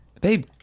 babe